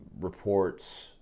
reports